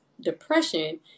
depression